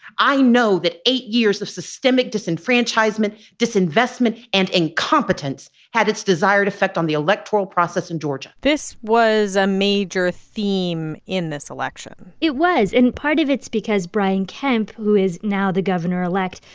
i know that eight years of systemic disenfranchisement, disinvestment and incompetence had its desired effect on the electoral process in georgia this was a major theme in this election it was. and part of it's because brian kemp, who is now the governor-elect,